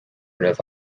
raibh